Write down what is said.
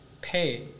pay